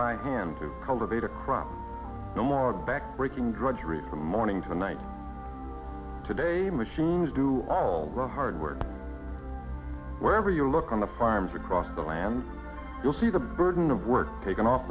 by hand to cultivate a crop of backbreaking drudgery from morning to night to day machines do all the hard work wherever you look on the farms across the land you'll see the burden of work taken off